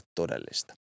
todellista